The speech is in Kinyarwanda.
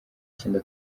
cyenda